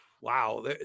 wow